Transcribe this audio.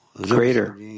greater